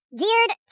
geared